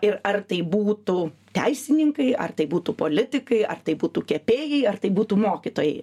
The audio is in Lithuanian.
ir ar tai būtų teisininkai ar tai būtų politikai ar tai būtų kepėjai ar tai būtų mokytojai jie